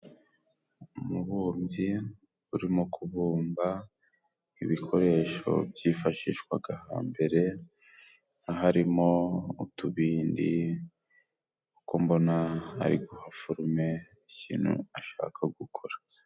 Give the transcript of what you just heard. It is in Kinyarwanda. Umubumbyi urimo kubumba ibikoresho byifashishwaga hambere, harimo utubindi uko mbona ariguha forume ikintu ashaka gukora.